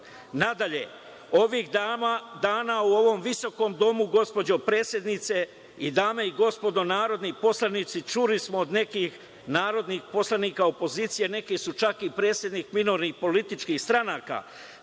državom. Nadalje, ovih dana u ovom visokom domu, gospođo predsednice i dame i gospodo narodni poslanici, čuli smo od nekih narodnih poslanika opozicije, neki su čak i predsednici minornih političkih stranaka,